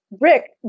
Rick